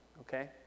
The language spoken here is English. okay